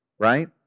right